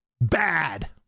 bad